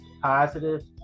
Positive